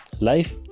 life